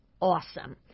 awesome